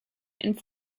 and